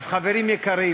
אז, חברים יקרים,